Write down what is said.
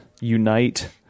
Unite